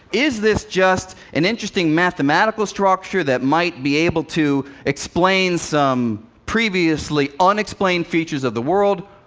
is this just an interesting mathematical structure that might be able to explain some previously unexplained features of the world,